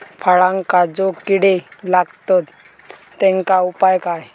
फळांका जो किडे लागतत तेनका उपाय काय?